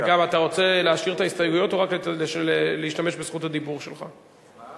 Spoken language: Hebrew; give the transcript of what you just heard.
אתה רוצה להשאיר את ההסתייגויות או רק להשתמש בזכות הדיבור שלך?